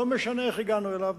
לא משנה איך הגענו אליו,